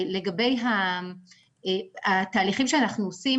לגבי התהליכים שאנחנו עושים,